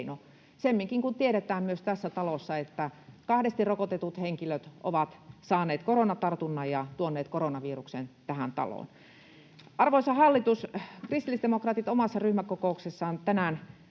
semminkin kun tiedetään myös tässä talossa, että kahdesti rokotetut henkilöt ovat saaneet koronatartunnan ja tuoneet koronaviruksen tähän taloon. Arvoisa hallitus, kristillisdemokraatit omassa ryhmäkokouksessaan tänään